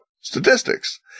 statistics